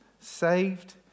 saved